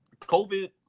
COVID